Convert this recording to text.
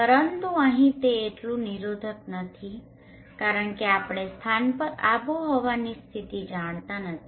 પરંતુ અહીં તે એટલું નિરોધક નથી કારણ કે આપણે સ્થાન પર આબોહવાની સ્થિતિ જાણતા નથી